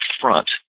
front